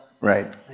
Right